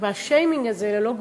השיימיניג הזה, ללא גבולות,